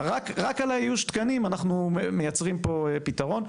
רק על איוש התקנים אנחנו מייצרים פה פתרון.